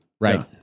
Right